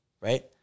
right